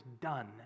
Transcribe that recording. done